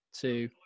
two